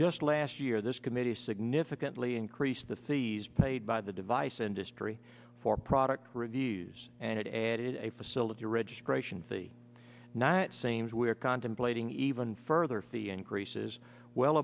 just last year this committee significantly increased the fees paid by the device industry for product reviews and it added a facility registration fee not seems we are contemplating even further fee increases well